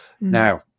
Now